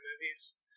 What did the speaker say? movies